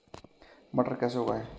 मटर कैसे उगाएं?